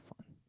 fun